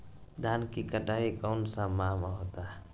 धान की कटाई कौन सा माह होता है?